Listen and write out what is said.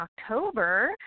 October